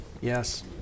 yes